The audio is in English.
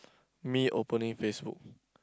me opening Facebook